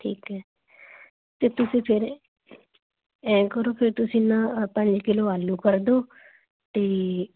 ਠੀਕ ਹੈ ਅਤੇ ਤੁਸੀਂ ਫਿਰ ਐਂ ਕਰੋ ਫਿਰ ਤੁਸੀਂ ਨਾ ਆਹ ਪੰਜ ਕਿਲੋ ਆਲੂ ਕਰ ਦਿਓ ਅਤੇ